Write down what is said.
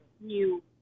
new